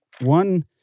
One